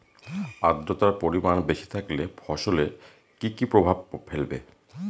আদ্রর্তার পরিমান বেশি থাকলে ফসলে কি কি প্রভাব ফেলবে?